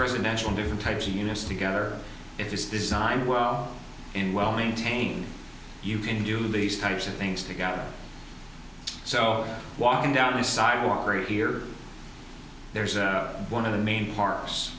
residential different types of units together if it's designed well in well maintained you can do these types of things together so walking down the sidewalk here there's one of the main par